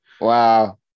Wow